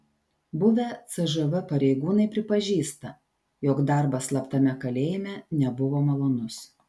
buvę cžv pareigūnai pripažįsta jog darbas slaptame kalėjime nebuvo malonus